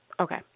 okay